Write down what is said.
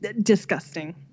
disgusting